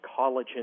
collagen